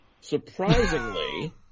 Surprisingly